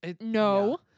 No